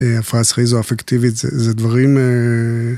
הפרעה סכיזו-אפקטיבית, זה דברים